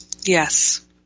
Yes